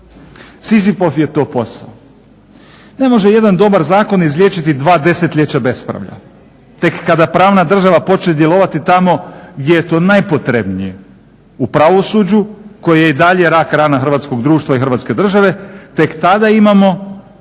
Sizifov je to posao. Ne može jedan dobar zakon izliječiti dva desetljeća bespravlja, tek kada pravna država počne djelovati tamo gdje je to najpotrebnije u pravosuđu koje je i dalje rak rana hrvatskog društva i Hrvatske države tek tada imamo